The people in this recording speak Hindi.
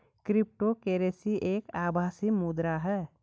क्रिप्टो करेंसी एक आभासी मुद्रा है